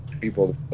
people